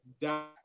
dot